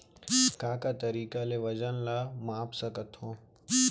का का तरीक़ा ले वजन ला माप सकथो?